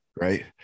right